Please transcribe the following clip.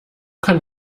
kann